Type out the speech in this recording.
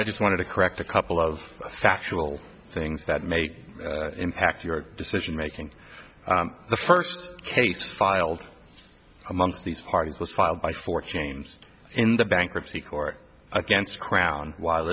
i just wanted to correct a couple of factual things that make impact your decision making the first case filed amongst these parties was filed by four chains in the bankruptcy court against the crown while